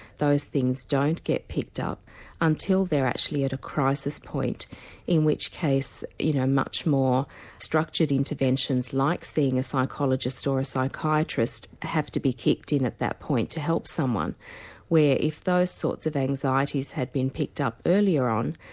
those things don't get picked up until they are actually at a crisis point in which case you know much more structured interventions like seeing a psychologist or a psychiatrist have to be kicked in at that point to help someone where, if those sorts of anxieties had been picked up earlier on,